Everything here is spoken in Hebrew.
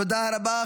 תודה רבה.